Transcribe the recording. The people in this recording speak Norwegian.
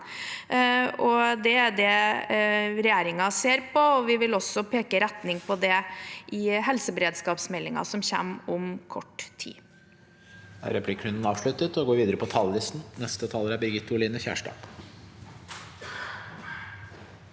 Det er det regjeringen ser på, og vi vil også peke ut retning på det i helseberedskapsmeldingen, som kommer om kort tid.